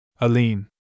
Aline